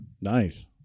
Nice